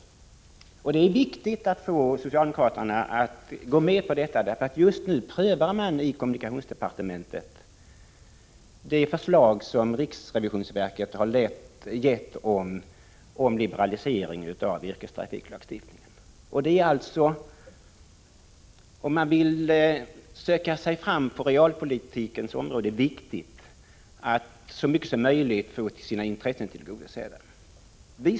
Det är viktigt att få socialdemokraterna att gå med på detta, för just nu prövar man i kommunikationsdepartementet det förslag som riksrevisionsverket har gett om liberalisering av yrkestrafiklagstiftningen. Om man vill söka sig fram på realpolitikens område är det viktigt att så mycket som möjligt få sina intressen tillgodosedda.